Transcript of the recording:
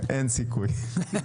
אין סיכוי.